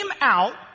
out